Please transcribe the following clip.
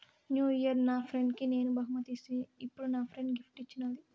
new year నా ఫ్రెండ్కి నేను బహుమతి ఇస్తిని, ఇప్పుడు నా ఫ్రెండ్ గిఫ్ట్ ఇచ్చిన్నాది